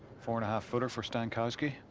four and a half footer for stankowski